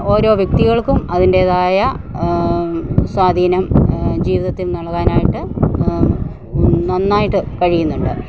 ഓരോ വ്യക്തികൾക്കും അതിൻ്റേതായ സ്വാധീനം ജീവിതത്തിൽ നൽകാനായിട്ട് നന്നായിട്ട് കഴിയുന്നുണ്ട്